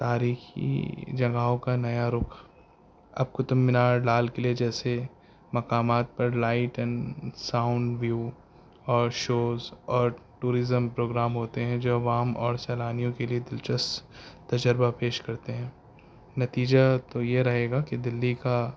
تاریخی جگہوں کا نیا رخ اب قطب مینار لال قلعے جیسے مقامات پر لائٹ این ساؤنڈ ویو اور شوز اور ٹورزم پروگرام ہوتے ہیں جو عوام اور سیلانیوں کے لیے دلچسپ تجربہ پیش کرتے ہیں نتیجہ تو یہ رہے گا کہ دہلی کا